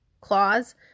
claws